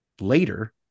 Later